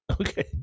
Okay